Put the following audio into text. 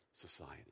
society